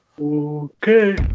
Okay